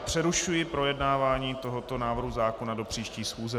Přerušuji projednávání tohoto návrhu zákona do příští schůze.